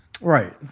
right